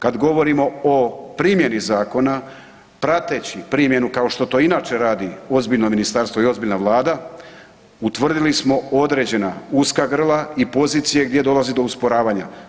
Kad govorimo o primjenu zakona, prateći primjenu kao što to inače radi ozbiljno ministarstvo i ozbiljna Vlada, utvrdili smo određena uska grla i pozicije gdje dolazi do usporavanja.